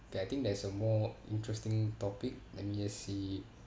okay I think there's a more interesting topic let me just see